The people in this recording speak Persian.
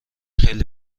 خیلی